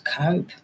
cope